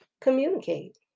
communicate